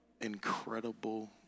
incredible